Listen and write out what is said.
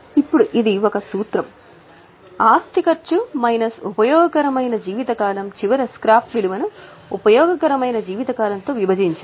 ఇప్పుడు ఇది ఒక సూత్రం ఆస్తి ఖర్చు మైనస్ ఉపయోగకరమైన జీవిత కాలం చివర స్క్రాప్ విలువను ఉపయోగకరమైన జీవిత కాలంతో విభజించాలి